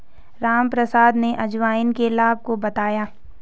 रामप्रसाद ने अजवाइन के लाभ को बताया